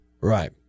Right